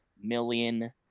million